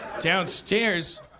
Downstairs